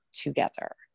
together